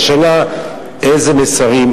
השאלה היא איזה מסרים,